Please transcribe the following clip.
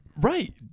Right